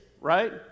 right